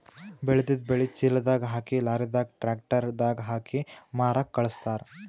ಬೆಳೆದಿದ್ದ್ ಬೆಳಿ ಚೀಲದಾಗ್ ಹಾಕಿ ಲಾರಿದಾಗ್ ಟ್ರ್ಯಾಕ್ಟರ್ ದಾಗ್ ಹಾಕಿ ಮಾರಕ್ಕ್ ಖಳಸ್ತಾರ್